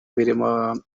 birimo